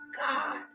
God